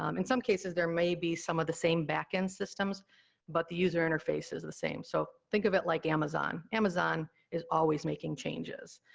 um in some cases there may be some of the same back-end systems but the user interface is the same. so, think of it like amazon. amazon is always making changes.